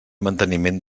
manteniment